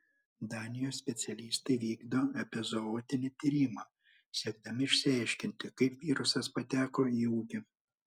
danijos specialistai vykdo epizootinį tyrimą siekdami išsiaiškinti kaip virusas pateko į ūkį